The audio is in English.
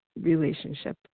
relationship